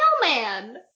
mailman